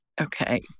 Okay